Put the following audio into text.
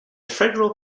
federal